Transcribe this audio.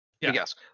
Yes